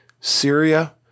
Syria